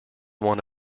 one